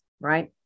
right